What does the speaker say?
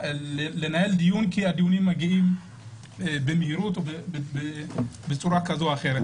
לנהל דיון כי הדיונים מגיעים במהירות ובצורה כזו או אחרת.